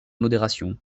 modération